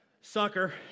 Sucker